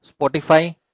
Spotify